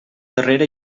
darrere